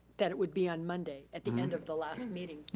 that it would be on monday, at the end of the last meeting,